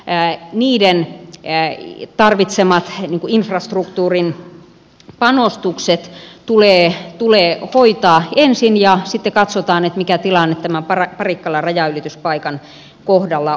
näet olevien kansainvälisten rajanylityspaikkojen tarvitsemat infrastruktuurin panostukset tulee hoitaa ensin ja sitten katsotaan mikä tilanne tämän parikkalan rajanylityspaikan kohdalla on